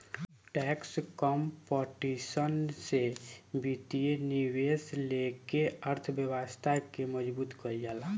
tax competition से वित्तीय निवेश लेके अर्थव्यवस्था के मजबूत कईल जाला